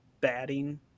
batting